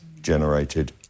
generated